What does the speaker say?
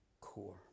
core